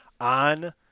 on